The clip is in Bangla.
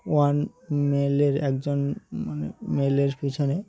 ওয়ান মেলের একজন মানে মেলের পিছনে